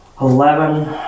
Eleven